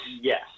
Yes